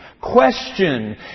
Question